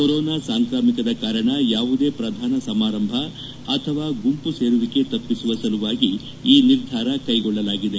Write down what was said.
corona ಸಾಂಕ್ರಾಮಿಕದ ಕಾರಣ ಯಾವುದೇ ಪ್ರಧಾನ ಸಮಾರಂಭ ಅಥವಾ ಗುಂಮ ಸೇರುವಿಕೆ ತಪ್ಪಿಸುವ ಸಲುವಾಗಿ ಈ ನಿರ್ಧಾರ ಕೈಗೊಳ್ಳಲಾಗಿದೆ